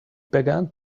begun